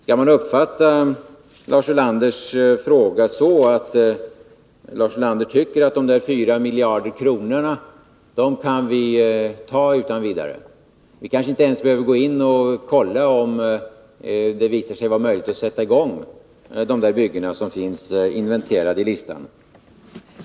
Skall man uppfatta Lars Ulanders fråga så, att han tycker att de där 4 miljarderna kan vi ta utan vidare? Vi kanske inte ens behöver kolla, om det blir möjligt att sätta i gång de byggen som finns inventerade i listan?